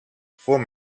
voor